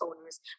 owners